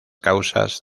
causas